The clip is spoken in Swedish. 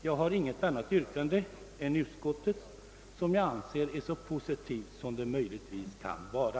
Jag har inget annat yrkande än bifall till utskottets hemställan i detta utlåtande, som jag tycker är så positivt som det kan vara.